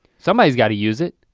somebody's gotta use it.